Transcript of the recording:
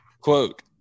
Quote